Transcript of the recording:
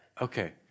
Okay